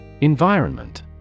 Environment